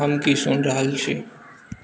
हम की सुन रहल छी